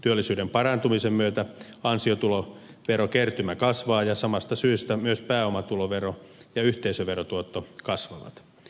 työllisyyden parantumisen myötä ansiotuloverokertymä kasvaa ja samasta syystä myös pääomatulovero ja yhteisöverotuotto kasvavat